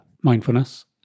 mindfulness